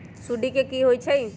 सुडी क होई छई बताई?